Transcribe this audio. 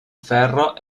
ferro